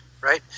right